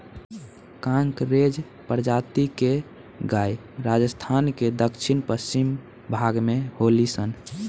कांकरेज प्रजाति के गाय राजस्थान के दक्षिण पश्चिम भाग में होली सन